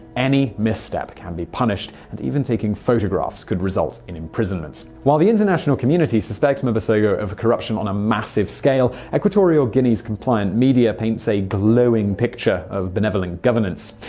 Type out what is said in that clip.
any misstep can be punished, and even taking photographs can result in imprisonment. while the international community suspects mbasogo of corruption on a massive scale, equatorial guinea's compliant media paints a glowing picture of benevolent governance.